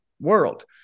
world